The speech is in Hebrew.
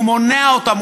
ומונע אותם,